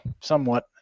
somewhat